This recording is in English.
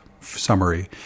summary